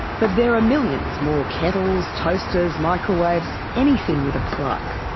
but there are millions more kettles, toasters, microwaves, anything with a plug.